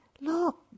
look